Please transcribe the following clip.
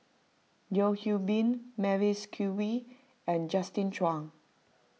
Yeo Hwee Bin Mavis Khoo Oei and Justin Zhuang